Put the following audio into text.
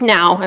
Now